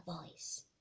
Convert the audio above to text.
voice